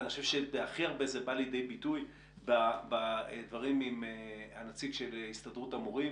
אני חושב שהכי הרבה זה בא לידי ביטוי בדברי הנציג של הסתדרות המורים,